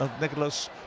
Nicholas